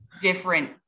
different